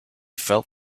felt